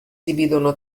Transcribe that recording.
dividono